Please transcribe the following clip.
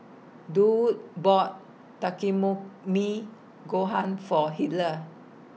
Durwood bought Takikomi Gohan For Heather